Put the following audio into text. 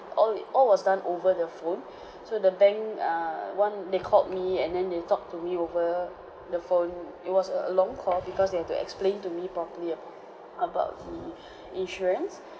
all it all was done over the phone so the bank err one they called me and then they talked to me over the phone it was a long call because they had to explain to me properly about the insurance